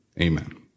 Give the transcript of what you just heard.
Amen